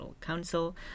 Council